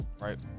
right